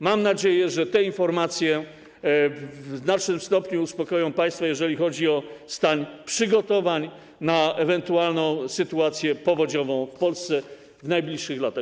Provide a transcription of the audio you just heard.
Mam nadzieję, że te informacje w znacznym stopniu uspokoją państwa, jeżeli chodzi o stan przygotowań na ewentualną sytuację powodziową w Polsce w najbliższych latach.